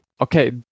okay